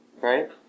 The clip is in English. right